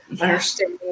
understand